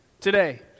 today